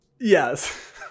yes